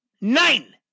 nine